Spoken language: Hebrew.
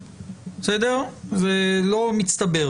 וגם בתי המשפט ממילא,